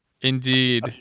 Indeed